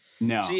No